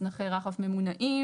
מצנחי רחף ממונעים.